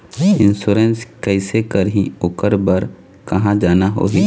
Insurance कैसे करही, ओकर बर कहा जाना होही?